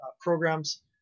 programs